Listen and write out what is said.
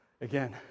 again